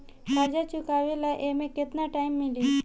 कर्जा चुकावे ला एमे केतना टाइम मिली?